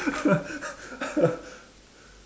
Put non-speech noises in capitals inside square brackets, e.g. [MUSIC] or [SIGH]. [LAUGHS]